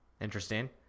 Interesting